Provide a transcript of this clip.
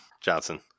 Johnson